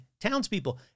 townspeople